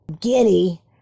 Giddy